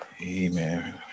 Amen